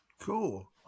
Cool